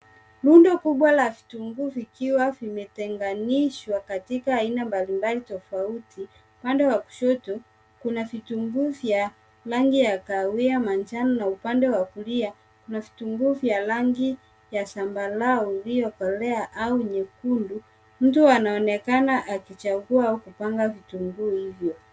Rundo kubwa la vitunguu vikiwa vimetenganishwa katika aina mbalimbali tofauti. Upande wa kushoto kuna vitunguu vya rangi ya kahawia manjano na upande wa kulia kuna vitunguu vya rangi ya zambarau iliyokolea au nyekundu. Mtu anaonekana akichagua au kupanga vitunguu hivyo.